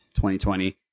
2020